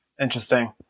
Interesting